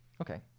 Okay